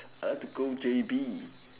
I like to go J_B